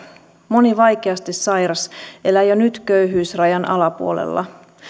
moni vaikeasti sairas elää jo nyt köyhyysrajan alapuolella